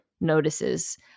notices